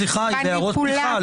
סליחה, היא בהערות פתיחה.